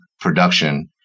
production